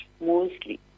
mostly